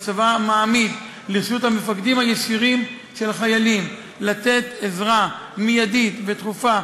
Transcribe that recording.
שהצבא מעמיד לרשות המפקדים הישירים של החיילים לתת עזרה מיידית ודחופה,